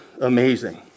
amazing